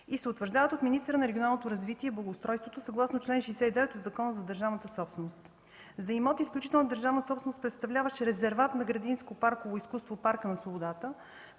и се утвърждават от министъра на регионалното развитие и благоустройството съгласно чл. 69 от Закона за държавната собственост. За имот – изключителна държавна собственост, представляващ резерват на градинско парково изкуство в Парка на свободата,